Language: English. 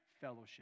fellowship